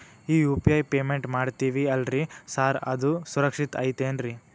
ಈ UPI payment ಮಾಡ್ತೇವಿ ಅಲ್ರಿ ಸಾರ್ ಅದು ಸುರಕ್ಷಿತ್ ಐತ್ ಏನ್ರಿ?